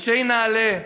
אנשי נעל"ה,